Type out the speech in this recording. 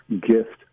gift